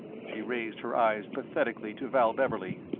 she raised her eyes pathetically to val beverley.